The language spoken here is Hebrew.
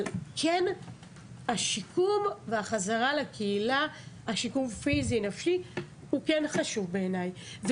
אבל השיקום הפיזי והנפשי והחזרה לקהילה הוא כן חשוב בעיניי.